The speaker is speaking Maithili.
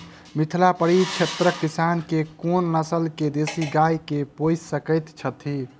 मिथिला परिक्षेत्रक किसान केँ कुन नस्ल केँ देसी गाय केँ पोइस सकैत छैथि?